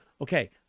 Okay